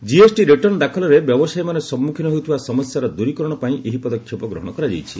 GST return ଦାଖଲରେ ବ୍ୟବସାୟୀମାନେ ସମ୍ମୁଖୀନ ହେଉଥିବା ସମସ୍ୟାର ଦୂରୀକରଣ ପାଇଁ ଏହି ପଦକ୍ଷେପ ଗ୍ରହଣ କରାଯାଇଛି